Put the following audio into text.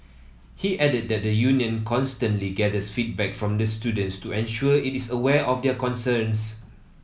he added that the union constantly gathers feedback from the students to ensure it is aware of their concerns